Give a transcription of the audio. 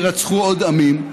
יירצחו עוד עמים.